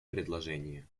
предложение